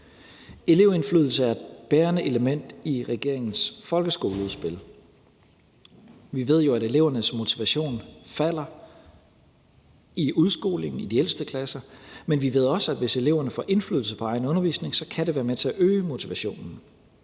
Elevindflydelse er et bærende element i regeringens folkeskoleudspil. Vi ved jo, at elevernes motivation falder i udskolingen i de ældste klasser, men vi ved også, at hvis eleverne får indflydelse på egen undervisning, kan det være med til at øge motivationen.